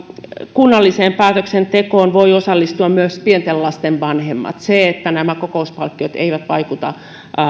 kunnalliseen päätöksentekoon voivat osallistua myös pienten lasten vanhemmat se että kokouspalkkiot eivät vaikuta